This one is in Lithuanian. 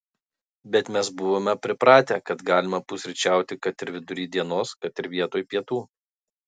bet mes buvome pripratę kad galima pusryčiauti kad ir vidury dienos kad ir vietoj pietų